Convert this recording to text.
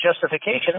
justification